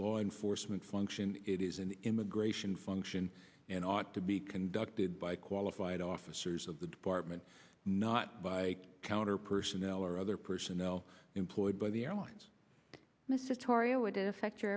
law enforcement function it is an immigration function and ought to be conducted by qualified officers of the department not by counter personnel or other personnel employed by the airlines mr toria would affect your